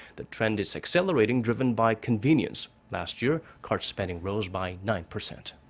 the trend is accelerating, driven by convenience last year, card spending rose by nine percent.